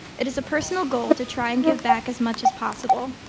it is a personal goal to try and give back as much as possible.